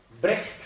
Brecht